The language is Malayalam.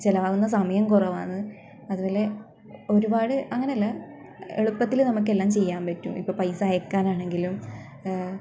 ചിലവാകുന്ന സമയം കുറവാണ് അതുപോലെ ഒരുപാട് അങ്ങനെ അല്ല എളുപ്പത്തിൽ നമുക്ക് എല്ലാം ചെയ്യാം പറ്റും ഇപ്പം പൈസ അയയ്ക്കാനാണെങ്കിലും